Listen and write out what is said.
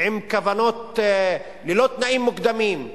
עם כוונות ללא תנאים מוקדמים.